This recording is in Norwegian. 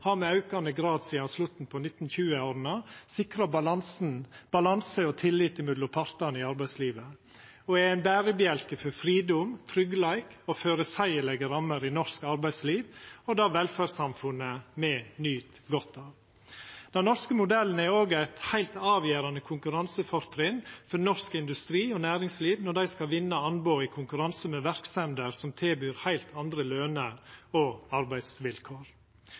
har med aukande grad sidan slutten av 1920-åra sikra balanse og tillit mellom partane i arbeidslivet og er ein berebjelke for fridom, tryggleik og føreseielege rammer i norsk arbeidsliv og det velferdssamfunnet me nyt godt av. Den norske modellen er òg eit heilt avgjerande konkurransefortrinn for norsk industri og næringsliv når dei skal vinna anbod i konkurranse med verksemder som tilbyr heilt andre løner og arbeidsvilkår.